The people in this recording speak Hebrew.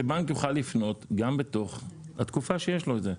שבנק יוכל לפנות גם בתוך התקופה שיש לו את זה.